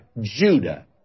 Judah